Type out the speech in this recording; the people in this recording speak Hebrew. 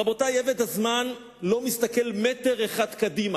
רבותי, עבד הזמן לא מסתכל מטר אחד קדימה.